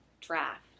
draft